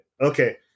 Okay